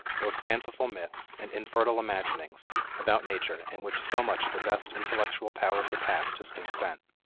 those fanciful myths and infertile imaginings about nature in which so much of the best intellectual power of the past has been spent.